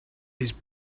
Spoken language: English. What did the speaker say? his